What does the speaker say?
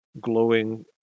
glowing